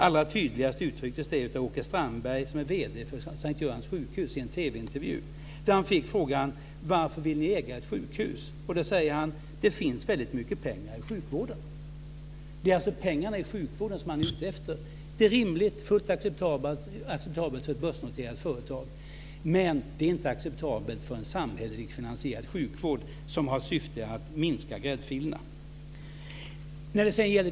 Allra tydligast uttrycktes det av Åke Strandberg, som är vd för S:t Görans sjukhus, i en TV-intervju där han fick frågan: Varför vill ni äga ett sjukhus? Då säger han: Det finns väldigt mycket pengar i sjukvården. Det är alltså pengarna i sjukvården som man är ute efter. Det är rimligt, fullt acceptabelt för ett börsnoterat företag. Men det är inte acceptabelt för en samhälleligt finansierad sjukvård som har till syfte att minska gräddfilerna.